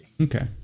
Okay